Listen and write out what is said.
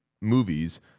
movies